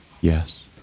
Yes